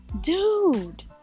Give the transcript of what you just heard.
dude